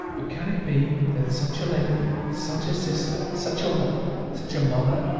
but can it be, that such a lady, such a sister, such a wife, such a mother,